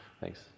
Thanks